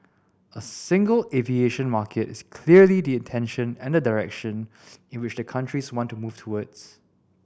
a single aviation market is clearly the intention and the direction in which the countries want to move towards